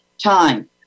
time